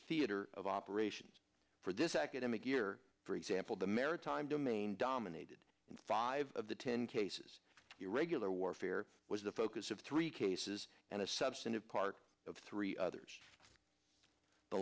theater of operations for this academic year for example the maritime domain dominated five of the ten cases irregular warfare was the focus of three cases and a substantive part of three others the